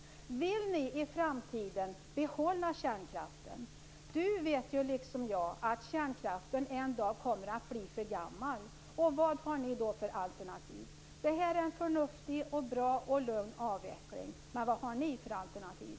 Vill ni i framtiden behålla kärnkraften? Gullan Lindblad vet liksom jag att kärnkraften en dag kommer att bli för gammal. Vad har ni då för alternativ? Det här är en förnuftig, bra och lugn avveckling. Men vad har ni för alternativ?